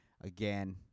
Again